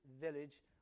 village